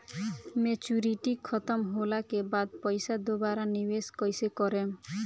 Maturity खतम होला के बाद पईसा दोबारा निवेश कइसे करेम?